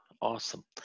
Awesome